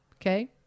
Okay